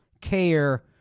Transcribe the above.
care